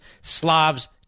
Slavs